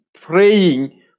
praying